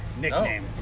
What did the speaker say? nickname